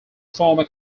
former